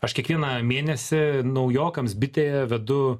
aš kiekvieną mėnesį naujokams bitėje vedu